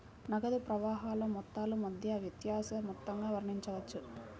నగదు ప్రవాహాల మొత్తాల మధ్య వ్యత్యాస మొత్తంగా వర్ణించవచ్చు